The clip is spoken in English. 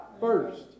first